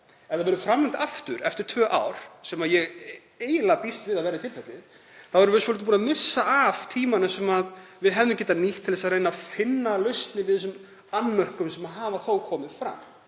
Ef það verður framlengt aftur eftir tvö ár, sem ég býst eiginlega við að verði tilfellið, þá erum við svolítið búin að missa af tímanum sem við hefðum getað nýtt til að reyna að finna lausnir á þeim annmörkum sem hafa komið fram.